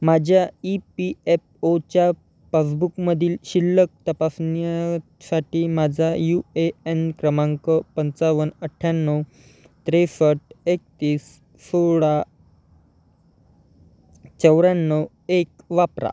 माझ्या E P F ओच्या पासबुकमधील शिल्लक तपासण्यासाठी माझा यू ए एन क्रमांक पंचावन्न अठ्याण्णव त्रेसष्ट एकतीस सोळा चौऱ्याण्णव एक वापरा